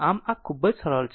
આમ આ ખૂબ જ સરળ છે